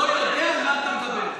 אתה לא יודע מה אתה מדבר.